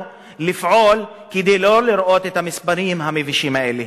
לפעול כדי לא לראות את המספרים המבישים האלה.